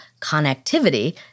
connectivity